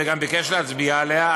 וגם ביקש להצביע עליה,